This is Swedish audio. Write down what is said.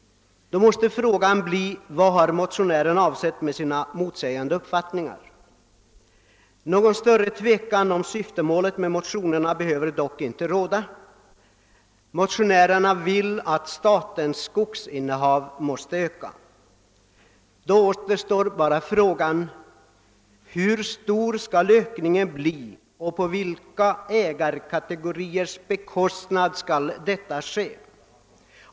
Man måste fråga sig, vad motionärerna har avsett med sina motsägande uppfattningar. Något större tvivel om syftemålet med motionerna behöver dock inte råda: motionärerna önskar att statens skogsinnehav skall öka. Då återstår bara frågan hur stor ökningen skall bli och på vilka ägarkategoriers bekostnad den skall ske.